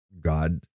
God